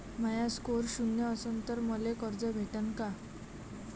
माया score शून्य असन तर मले कर्ज भेटन का?